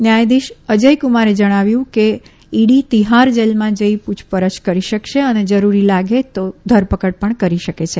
ન્યાયાધીશ અજયકુમારે જણાવ્યું કે ઇડી તિહાર જેલમાં જઇ પૂછપરછ કરી શકશે અને જરૂરી લાગે તો ધરપકડ કરી શકશે